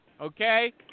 Okay